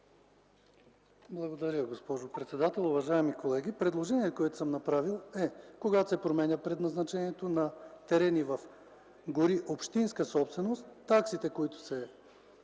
Благодаря, госпожо председател. Уважаеми колеги, предложението, което съм направил, е когато се променя предназначението на терени в гори общинска собственост, таксите, които се